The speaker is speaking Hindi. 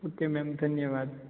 ओके मैम धन्यवाद